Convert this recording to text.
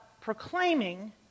proclaiming